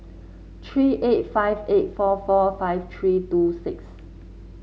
three eight five eight four four five three two six